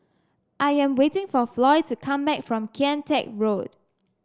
I am waiting for Floy to come back from Kian Teck Road